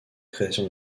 création